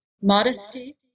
Modesty